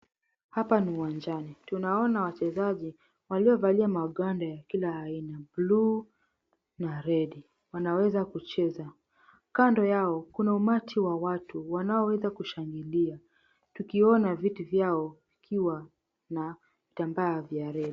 Hapa ni uwanjani, tunaona wachezaji waliovalia magwanda ya kila aina blue na red wanaweza kucheza, kando yao kuna umati wa watu wanaweza kushangilia tukiona vitu vyao vikiwa na vitambaa vya red .